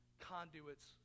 conduits